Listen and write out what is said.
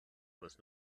was